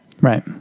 Right